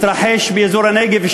התרחש אירוע טרגי באזור הנגב.